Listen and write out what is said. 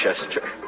Chester